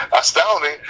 Astounding